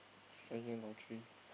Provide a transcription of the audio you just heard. lottery